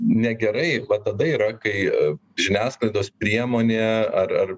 negerai va tada yra kai žiniasklaidos priemonė ar ar